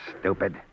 stupid